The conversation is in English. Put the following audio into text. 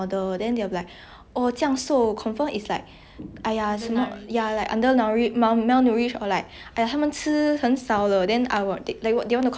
!aiya! 他们吃很少了 then I like they want to copy them but they don't know like behind the scenes the amount of exercise that they do or like yeah it's just like